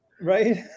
Right